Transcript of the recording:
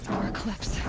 more eclipse!